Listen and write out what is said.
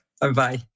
Bye-bye